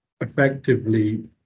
effectively